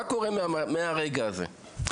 מה קורה מהרגע הזה?